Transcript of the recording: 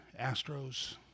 Astros